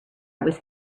was